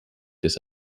des